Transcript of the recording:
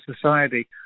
society